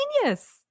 genius